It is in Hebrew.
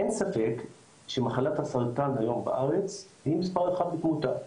אין ספק שמחלת הסרטן היום בארץ היא מספר אחת בתמותה.